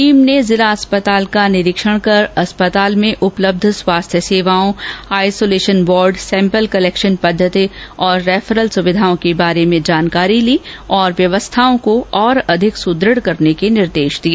team ने जिला अस्पताल का निरीक्षण कर अस्पताल में उपलब्ध स्वास्थ्य सेवाओं आईसोलेशन वार्ड सैम्पल कलेक्शन पद्धति और रेफरल सुविधाओं के बारे में जानकारी ली तथा व्यवस्थाओं को और सुदृढ करने के निर्देश दिए